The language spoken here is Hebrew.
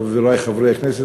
חברי חברי הכנסת,